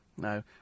No